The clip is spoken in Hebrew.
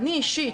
ממני אישית,